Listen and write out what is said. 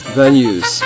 venues